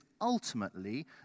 ultimately